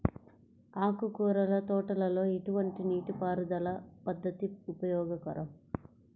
ఆకుకూరల తోటలలో ఎటువంటి నీటిపారుదల పద్దతి ఉపయోగకరం?